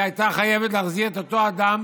היא הייתה חייבת להחזיר את אותו אדם